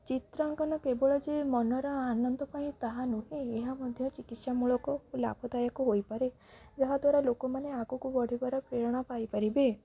ଚିତ୍ରାଙ୍କନ କେବଳ ଯେ ମନର ଆନନ୍ଦ ପାଇଁ ତାହା ନୁହେଁ ଏହା ମଧ୍ୟ ଚିକିତ୍ସାମୂଳକ ଓ ଲାଭଦାୟକ ହୋଇପାରେ ଯାହାଦ୍ୱାରା ଲୋକମାନେ ଆଗକୁ ବଢ଼ିବାର ପ୍ରେରଣା ପାଇପାରିବେ